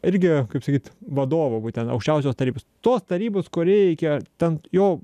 irgi kaip sakyt vadovu būtent aukščiausios tarybos tos tarybos kuri iki ten jo